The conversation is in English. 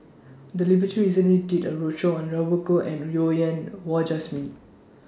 The recently did A roadshow on Robert Goh and Well Yen Wah Jesmine